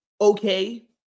Okay